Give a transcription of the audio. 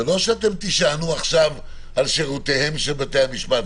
זה לא שאתם תישענו עכשיו על שירותיהם של בתי המשפט,